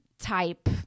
type